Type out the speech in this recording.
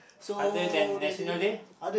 other than National Day